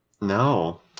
No